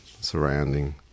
surrounding